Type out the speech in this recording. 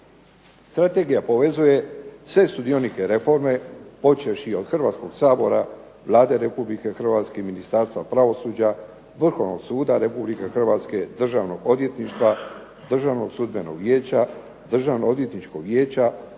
Strategija povezuje sve sudionike reforme počevši od Hrvatskog sabora, Vlade Republike Hrvatske i Ministarstva pravosuđa, Vrhovnog suda Republike Hrvatske, Državnog odvjetništva, Državnog sudbenog vijeća, Državnog odvjetničkog vijeća,